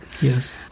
Yes